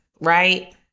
right